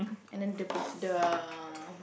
and then dia punya the